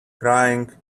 crying